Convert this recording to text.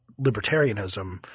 libertarianism